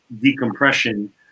decompression